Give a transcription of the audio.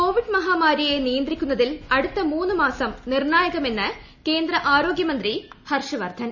Covid മഹാമാരിയെ നിയന്ത്രിക്കുന്നതിൽ അടുത്ത മൂന്നു മാസം നിർണായകം എന്ന് കേന്ദ്ര ആരോഗ്യമന്ത്രി ഹർഷവർദ്ധൻ